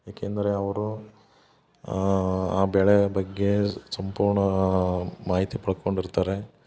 ಏಕೆಂದರೆ ಅವರು ಆ ಬೆಳೆಯ ಬಗ್ಗೆ ಸಂಪೂರ್ಣ ಮಾಹಿತಿ ಪಡ್ಕೊಂಡಿರ್ತಾರೆ